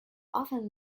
often